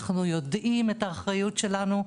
אנחנו יודעים את האחריות שלנו.